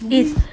yes